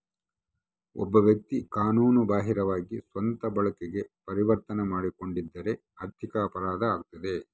ಒಬ್ಬ ವ್ಯಕ್ತಿ ಕಾನೂನು ಬಾಹಿರವಾಗಿ ಸ್ವಂತ ಬಳಕೆಗೆ ಪರಿವರ್ತನೆ ಮಾಡಿಕೊಂಡಿದ್ದರೆ ಆರ್ಥಿಕ ಅಪರಾಧ ಆಗ್ತದ